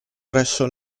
presso